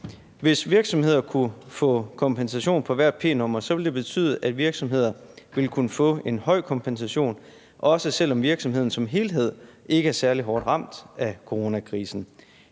Hvis virksomheder kunne få kompensation på hvert p-nummer, ville det betyde, at virksomheder ville kunne få en høj kompensation, også selv om virksomheden som helhed ikke var særlig hårdt ramt af coronakrisen.